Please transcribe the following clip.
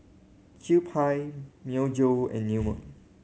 Kewpie Myojo and New Moon